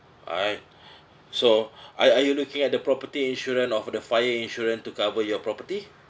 alright so are are you looking at the property insurance of the fire insurance to cover your property